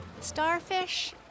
Starfish